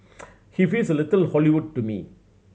he feels little Hollywood to me